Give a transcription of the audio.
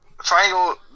Triangle